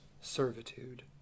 servitude